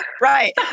Right